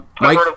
Mike